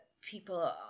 people